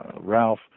Ralph